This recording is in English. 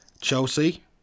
Chelsea